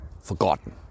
forgotten